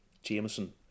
Jameson